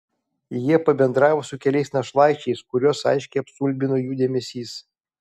jie pabendravo su keliais našlaičiais kuriuos aiškiai apstulbino jų dėmesys